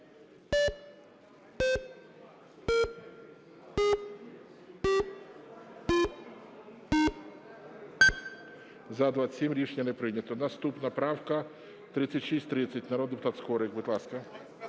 За-27 Рішення не прийнято. Наступна правка 3630. Народний депутат Скорик. Будь ласка.